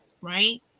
right